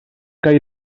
kaj